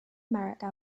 america